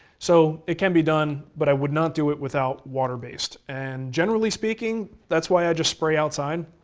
so, it can be done, but i would not do it without water based. and generally speaking, that's why i just spray outside.